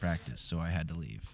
practice so i had to leave